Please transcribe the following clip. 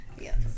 Yes